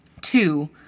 Two